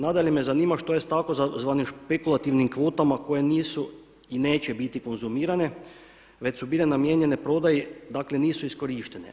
Nadalje me zanima što je tzv. špekulativnim kvotama koje nisu i neće biti konzumirane, već su bile namijenjene prodaji dakle nisu iskorištene.